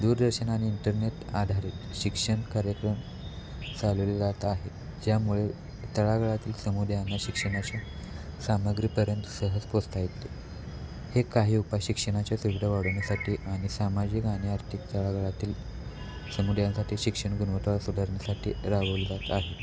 दूरदर्शन आणि इंटरनेट आधारित शिक्षण कार्यक्रम चालवले जात आहे ज्यामुळे तळागाळातील समुदायांना शिक्षणाच्या सामग्रीपर्यंत सहज पोचता येते हे काही उपाय शिक्षणाच्या सुविधा वाढवण्यासाठी आणि सामाजिक आणि आर्थिक तळागाळातील समुदायांसाठी शिक्षण गुणवत्ता सुधारण्यासाठी राबवल्या जात आहेत